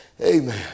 Amen